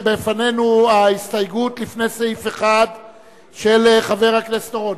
בפנינו ההסתייגות לפני סעיף 1 של חבר הכנסת אורון,